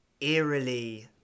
eerily